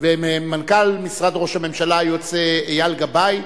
וממנכ"ל משרד ראש הממשלה היוצא אייל גבאי.